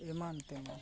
ᱮᱢᱟᱱ ᱛᱮᱢᱟᱱ